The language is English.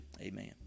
Amen